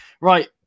Right